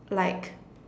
like